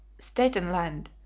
Statenland